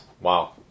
Wow